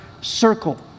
circle